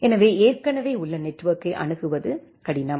எனவே ஏற்கனவே உள்ள நெட்வொர்க்கை அணுகுவது கடினம்